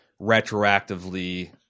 retroactively